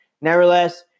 Nevertheless